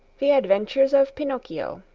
the adventures of pinocchio,